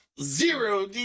Zero